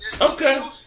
Okay